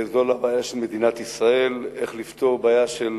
זו לא בעיה למדינת ישראל איך לפתור בעיה של